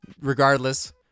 regardless